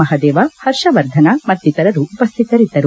ಮಹದೇವ ಹರ್ಷವರ್ಧನ ಮತ್ತು ಇತರರು ಉಪಸ್ವಿತರಿದ್ದರು